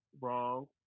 wrong